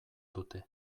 dute